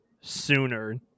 sooner